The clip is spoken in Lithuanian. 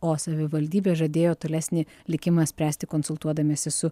o savivaldybė žadėjo tolesnį likimą spręsti konsultuodamiesi su